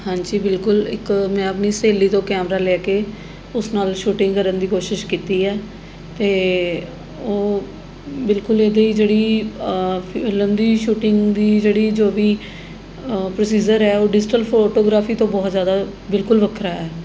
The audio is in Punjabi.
ਹਾਂਜੀ ਬਿਲਕੁਲ ਇੱਕ ਮੈਂ ਆਪਣੀ ਸਹੇਲੀ ਤੋਂ ਕੈਮਰਾ ਲੈ ਕੇ ਉਸ ਨਾਲ਼ ਸ਼ੂਟਿੰਗ ਕਰਨ ਦੀ ਕੋਸ਼ਿਸ਼ ਕੀਤੀ ਹੈ ਅਤੇ ਉਹ ਬਿਲਕੁਲ ਇਹਦੀ ਜਿਹੜੀ ਸ਼ੂਟਿੰਗ ਦੀ ਜਿਹੜੀ ਜੋ ਵੀ ਪ੍ਰੋਸੀਜਰ ਹੈ ਉਹ ਡਿਜੀਟਲ ਫੋਟੋਗ੍ਰਾਫੀ ਤੋਂ ਬਹੁਤ ਜ਼ਿਆਦਾ ਬਿਲਕੁਲ ਵੱਖਰਾ ਹੈ